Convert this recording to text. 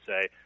say